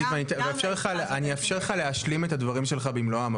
אני אאפשר לך להשלים את הדברים שלך במלואם,